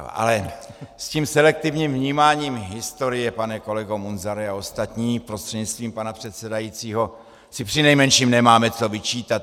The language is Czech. Ale s tím selektivním vnímáním historie, pane kolego Munzare a ostatní prostřednictvím pana předsedajícího, si přinejmenším nemáme co vyčítat.